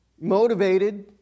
motivated